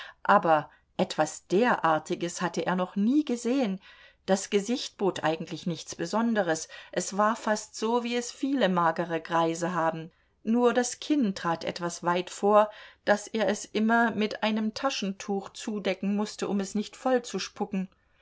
aber etwas derartiges hatte er noch nie gesehen das gesicht bot eigentlich nichts besonderes es war fast so wie es viele magere greise haben nur das kinn trat etwas weit vor so daß er es immer mit einem taschentuch zudecken mußte um es nicht vollzuspucken